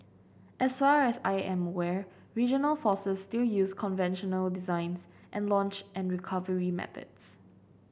as far as I am aware regional forces still use conventional designs and launch and recovery methods